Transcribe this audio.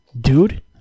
Dude